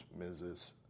Mrs